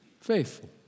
faithful